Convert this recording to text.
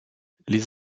les